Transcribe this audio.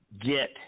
get